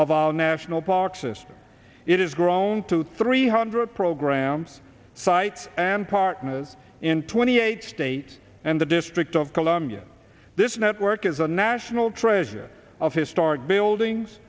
of our national park system it is grown to three hundred programs site and partners in twenty eight states and the district of columbia this network is a national treasure of historic buildings